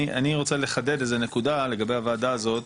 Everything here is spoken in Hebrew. אני רוצה לחדד איזה נקודה לגבי הוועדה הזאת,